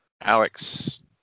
Alex